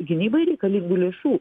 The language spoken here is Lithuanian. gynybai reikalingų lėšų